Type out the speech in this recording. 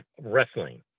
wrestling